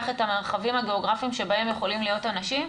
את המרחבים הגאוגרפיים שבהם יכולים להיות אנשים.